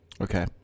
Okay